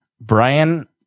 Brian